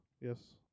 Yes